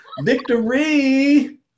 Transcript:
victory